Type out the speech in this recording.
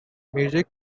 music